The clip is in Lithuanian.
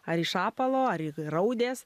ar į šapalo ar į raudės